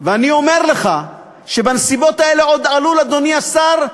אני אומר לך שבנסיבות האלה עוד עלול אדוני השר,